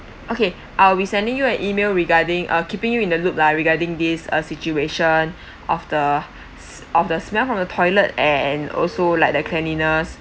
okay uh I'll be sending you an email regarding uh keeping you in the loop lah regarding this uh situation of the of the smell from the toilet and also like the cleanliness